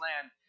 land